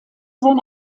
sein